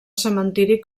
cementiri